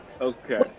Okay